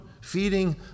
feeding